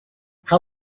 how